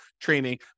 training